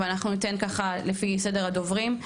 אבל אנחנו ניתן ככה לפי סדר הדוברים,